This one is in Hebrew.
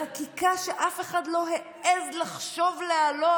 בחקיקה שאף אחד לא העז לחשוב להעלות,